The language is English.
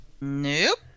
Nope